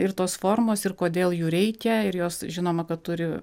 ir tos formos ir kodėl jų reikia ir jos žinoma kad turi